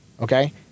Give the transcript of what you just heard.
Okay